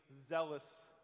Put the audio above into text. zealous